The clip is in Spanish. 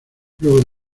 luego